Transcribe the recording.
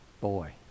Boy